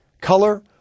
color